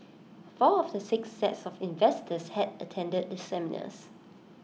four of the six sets of investors had attended the seminars